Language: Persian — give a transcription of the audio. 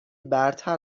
برتر